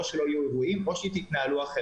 או שלא יהיו אירועים כלל או שנתנהל בצורה שונה.